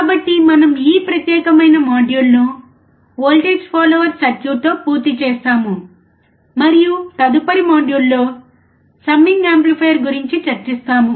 కాబట్టి మనము ఈ ప్రత్యేకమైన మాడ్యూల్ను వోల్టేజ్ ఫాలోయర్ సర్క్యూట్తో పూర్తి చేస్తాము మరియు తదుపరి మాడ్యూల్లో సమ్మింగ్ యాంప్లిఫైయర్ గురించి చర్చిస్తాము